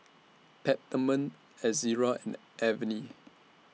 Peptamen Ezerra Avene